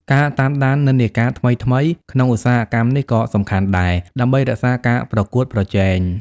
ការតាមដាននិន្នាការថ្មីៗ ក្នុងឧស្សាហកម្មនេះក៏សំខាន់ដែរ ដើម្បីរក្សាការប្រកួតប្រជែង។